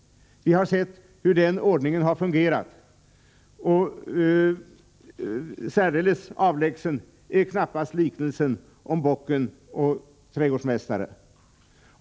Vi har sett hur denna ordning har fungerat, och särdeles avlägsen är knappast liknelsen om bocken och trädgårdsmästaren.